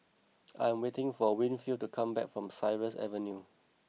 I am waiting for Winfield to come back from Cypress Avenue